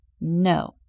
No